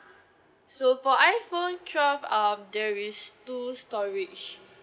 so for iPhone twelve um there is two storage